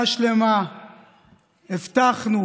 הבטחנו,